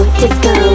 disco